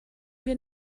wir